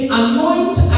anoint